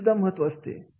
याचे सुद्धा महत्त्व असते